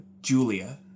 Julia